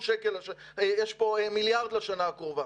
יש פה מיליארד שקל לשנה הקרובה.